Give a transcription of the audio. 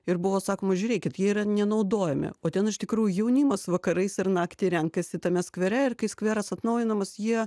ir buvo sakoma žiūrėkit jie yra nenaudojami o ten iš tikrųjų jaunimas vakarais ir naktį renkasi tame skvere ir kai skveras atnaujinamas jie